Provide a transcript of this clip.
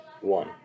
one